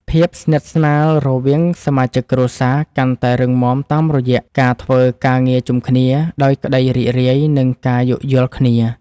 ភាពស្និទ្ធស្នាលរវាងសមាជិកគ្រួសារកាន់តែរឹងមាំតាមរយៈការធ្វើការងារជុំគ្នាដោយក្ដីរីករាយនិងការយោគយល់គ្នា។